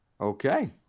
Okay